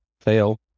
fail